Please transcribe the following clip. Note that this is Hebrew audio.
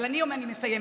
אני מסיימת.